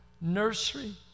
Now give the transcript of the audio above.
nursery